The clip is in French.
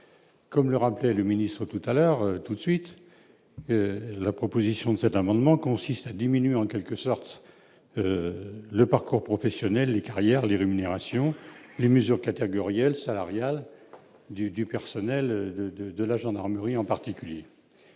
comme le rappelait le ministre tout à l'heure tout de suite la proposition de cet amendement consiste à diminuer en quelque sorte le parcours professionnel et carrières, les rémunérations, les mesures catégorielles salariale du du personnel de, de, de la gendarmerie, en particulier